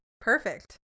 Perfect